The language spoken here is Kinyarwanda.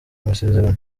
amasezerano